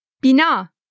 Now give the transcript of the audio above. Bina